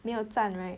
没有站 right